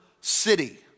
city